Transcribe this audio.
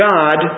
God